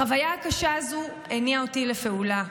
החוויה הקשה הזאת הניעה אותי לפעולה.